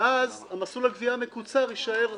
ואז במסלול הגבייה המקוצר לא